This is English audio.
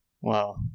wow